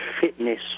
fitness